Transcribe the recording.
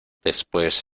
después